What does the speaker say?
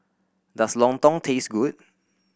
does lontong taste good